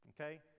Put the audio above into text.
okay